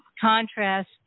contrast